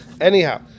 Anyhow